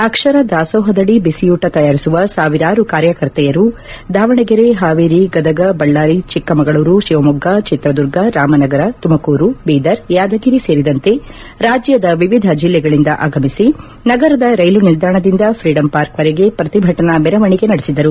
ಅಕ್ಷರ ದಾಸೋಹದಡಿ ದಿಸಿಯೂಟ ತಯಾರಿಸುವ ಸಾವಿರಾರು ಕಾರ್ಯಕರ್ತೆಯರು ದಾವಣಗೆರೆ ಪಾವೇರಿ ಗದಗ ಬಳ್ದಾರಿ ಚಿಕ್ಕಮಗಳೂರು ಶಿವಮೊಗ್ಗ ಚಿತ್ರದುರ್ಗ ರಾಮನಗರ ತುಮಕೂರು ಬೀದರ್ ಯಾದಗಿರಿ ಸೇರಿದಂತೆ ರಾಜ್ಯದ ವಿವಿಧ ಜಿಲ್ಲೆಗಳಿಂದ ಆಗಮಿಸಿ ನಗರದ ರೈಲು ನಿಲ್ದಾಣದಿಂದ ಫ್ರೀಡಂ ಪಾರ್ಕ್ವರೆಗೆ ಪ್ರತಿಭಟನಾ ಮೆರವಣಿಗೆ ನಡೆಸಿದರು